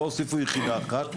לא הוסיפו ולו יחידה אחת.